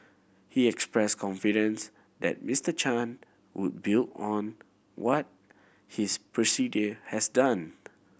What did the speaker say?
he express confidence that Mister Chan would build on what his predecessor has done